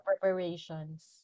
preparations